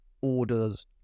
orders